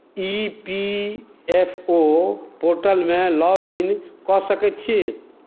ई P F O पोर्टलमे log in कऽ सकैत छी